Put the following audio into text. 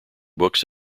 books